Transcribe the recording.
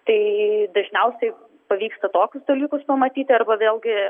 tai dažniausiai pavyksta tokius dalykus pamatyti arba vėlgi